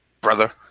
brother